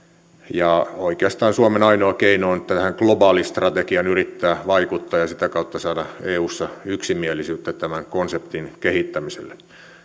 ja oikeastaan suomen ainoa keino tähän globaalistrategiaan yrittää vaikuttaa ja sitä kautta saada eussa yksimielisyyttä tämän konseptin kehittämiselle